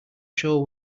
show